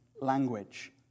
language